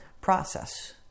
process